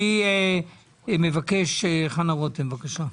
אני מבקש, חנה רותם, בבקשה.